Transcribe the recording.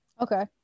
Okay